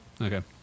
Okay